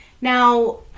now